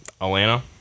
Atlanta